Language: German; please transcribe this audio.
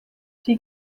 die